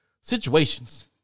situations